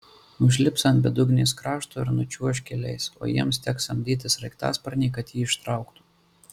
užlips ant bedugnės krašto ir nučiuoš keliais o jiems teks samdyti sraigtasparnį kad jį ištrauktų